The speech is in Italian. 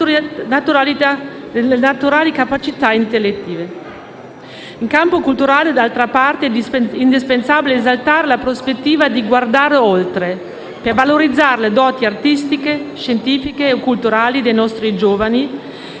In campo culturale, d'altra parte, è indispensabile esaltare la prospettiva di guardare oltre per valorizzare le doti artistiche, scientifiche o culturali dei nostri giovani,